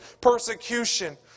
persecution